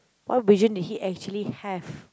what vision did he actually have